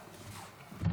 הרב.